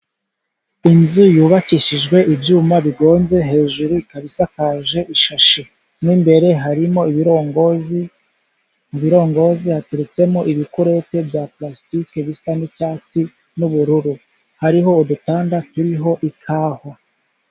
Inzu yubakishijwe ibyuma bigonze hejuru, ikabi isakaje ishashi. mo imbere harimo ibirongozi, mu birongozi hateretsemo ibikorote bya pulasitiki bisa n'icyatsi n'ubururu, Hariho udutanda turiho ikawa.